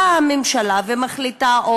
באה הממשלה ומחליטה,